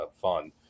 fun